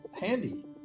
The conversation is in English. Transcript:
handy